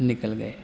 نکل گئے